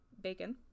Bacon